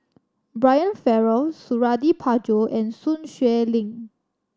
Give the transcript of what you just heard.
Brian Farrell Suradi Parjo and Sun Xueling